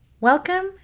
Welcome